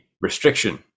restriction